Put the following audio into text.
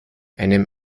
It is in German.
einem